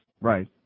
Right